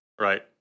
Right